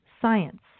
science